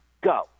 go